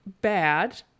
bad